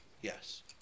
yes